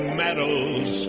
medals